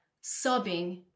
sobbing